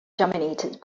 dominated